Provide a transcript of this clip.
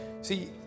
See